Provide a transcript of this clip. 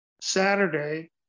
saturday